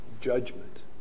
judgment